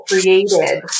created